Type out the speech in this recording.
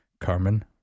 Carmen